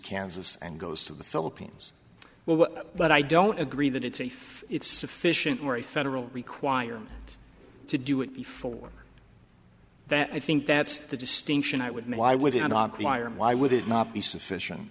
kansas and goes to the philippines well but i don't agree that it's safe it's sufficient where a federal requirement to do it before that i think that's the distinction i would why would you not quire and why would it not be sufficient